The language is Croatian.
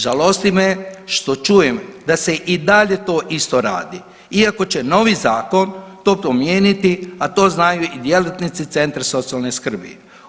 Žalosti me što čujem da se i dalje to isto radi iako će novi zakon promijeniti, a to znaju i djelatnici centra socijalne skrbi.